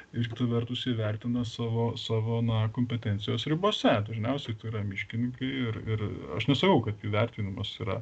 ir kita vertus įvertino savo savo na kompetencijos ribose dažniausiai tai yra miškininkai ir ir aš nesakau kad įvertinimas yra